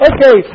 Okay